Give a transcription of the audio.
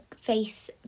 face